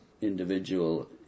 individual